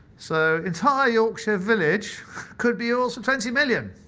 so entire yorkshire village could be yours for twenty million.